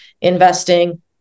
investing